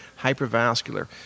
hypervascular